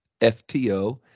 FTO